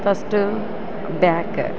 first back